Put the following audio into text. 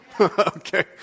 Okay